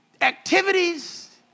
activities